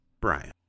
Brian